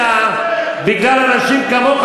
בגלל אנשים כמוך,